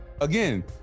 again